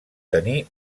tenir